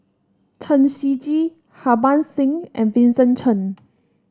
Chen Shiji Harbans Singh and Vincent Cheng